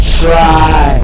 try